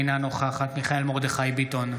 אינה נוכחת מיכאל מרדכי ביטון,